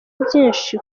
byinshi